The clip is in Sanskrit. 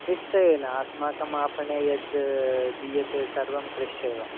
निश्चयेन अस्माकं आपणे यत् दीयते सर्वं फ्रेष् एव